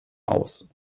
aus